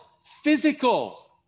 physical